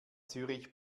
zürich